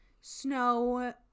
snow